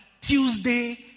Tuesday